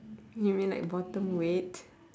you mean like bottom weight